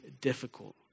difficult